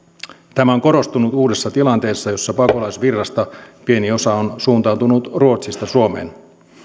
tämä on korostunut uudessa tilanteessa jossa pakolaisvirrasta pieni osa on suuntautunut ruotsista suomeen